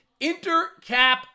Intercap